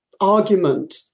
argument